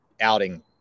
outing